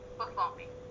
performing